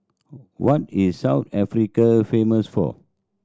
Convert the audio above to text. what is South Africa famous for